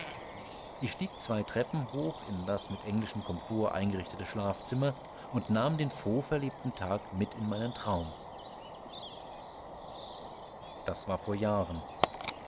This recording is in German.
ich stieg zwei treppen hoch in das mit englischem komfort eingerichtete schlafzimmer und nahm den frohverlebten tag mit in meinen traum das war vor jahren